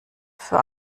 für